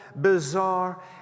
bizarre